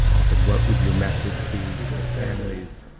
i said, what would your message be to the families.